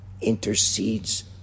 intercedes